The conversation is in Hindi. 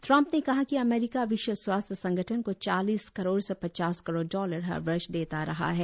ट्रम्प ने कहा कि अमरीका विश्व स्वास्थ्य संगठन को चालीस करोड़ से पचास करोड डॉलर हर वर्ष देता रहा है